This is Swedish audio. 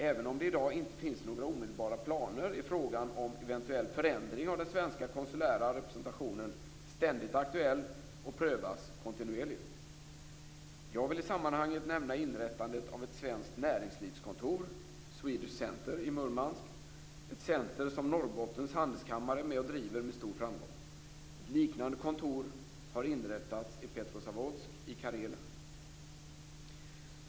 Även om det i dag inte finns några omedelbara planer är frågan om eventuell förändring av den svenska konsulära representationen ständigt aktuell och prövas kontinuerligt. Jag vill i sammanhanget nämna inrättandet av ett svenskt näringslivskontor, Swedish Centre, i Murmansk, ett centrum som Norrbottens handelskammare är med och driver med stor framgång. Ett liknande kontor har inrättats i Petrosavodsk i Karelen.